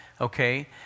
Okay